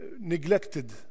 neglected